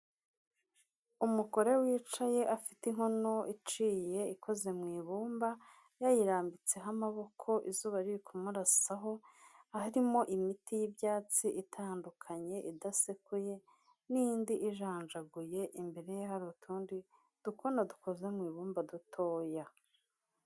Umugore wicaye afite inkono iciye ikoze mu ibumba, yayirambitseho amaboko izuba riri kumurarasaho harimo imiti y'ibyatsi itandukanye idasekuye n'indi ijanjaguye, imbere ye hari utundi dukono dukoze mu ibumba dutoya.